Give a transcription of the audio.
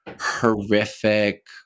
horrific